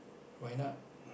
why not